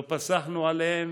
לא פסחנו עליהם,